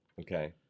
Okay